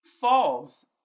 falls